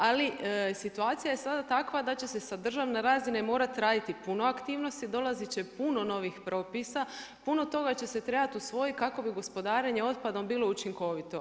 Ali situacija je sada takva da će se sa državne razine morat raditi puno aktivnosti, dolazit će puno novih propisa, puno toga će se trebat usvojit kako bi gospodarenje otpadom bilo učinkovito.